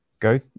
go